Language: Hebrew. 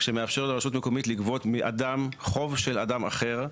שמאפשר לרשות מקומית לגבות מאדם חוב של אדם אחר.